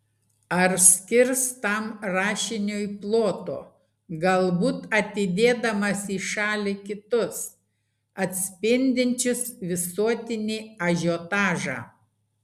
ar skirs tam rašiniui ploto galbūt atidėdamas į šalį kitus atspindinčius visuotinį ažiotažą